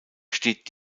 steht